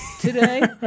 Today